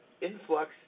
influx